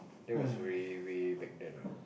that was way way back then ah